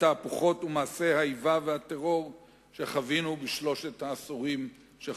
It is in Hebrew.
התהפוכות ומעשי האיבה והטרור שחווינו בשלושת העשורים שחלפו.